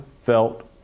felt